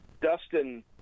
Dustin